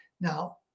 Now